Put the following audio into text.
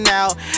out